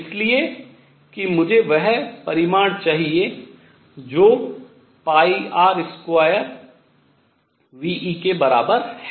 इसलिए कि मुझे वह परिमाण चाहिए जो R2νe के बराबर है